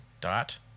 dot